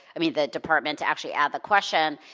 i mean the department, to actually add the question,